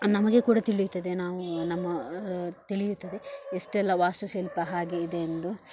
ನಮಗೆ ಕೂಡ ತಿಳಿಯುತ್ತದೆ ನಾವು ನಮ್ಮ ತಿಳಿಯುತ್ತದೆ ಎಷ್ಟೆಲ್ಲ ವಾಸ್ತು ಶಿಲ್ಪ ಹಾಗೇ ಇದೆ ಎಂದು